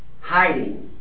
hiding